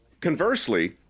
Conversely